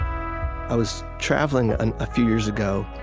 i was traveling and a few years ago.